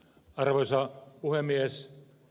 arvoisa puhemies